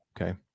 okay